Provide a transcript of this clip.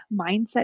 mindset